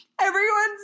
everyone's